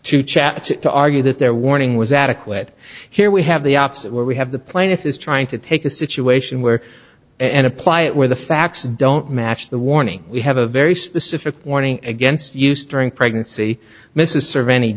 chat to argue that their warning was adequate here we have the opposite where we have the plaintiff is trying to take a situation where and apply it where the facts don't match the warning we have a very specific warning against use during pregnancy mrs serve any